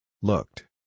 Looked